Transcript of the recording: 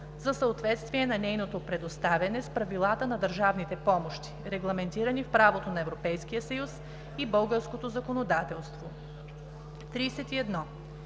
за съответствие на нейното предоставяне с правилата за държавните помощи, регламентирани в правото на Европейския съюз и българското законодателство.